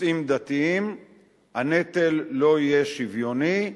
נושאים דתיים הנטל לא יהיה שוויוני,